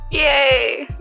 yay